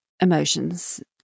emotions